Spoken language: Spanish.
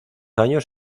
años